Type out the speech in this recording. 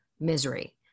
misery